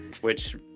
which-